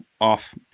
off